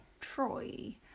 Troy